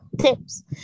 tips